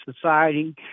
society